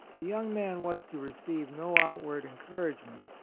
the jroung man was to receive no outward encouragement.